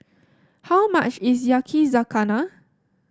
how much is Yakizakana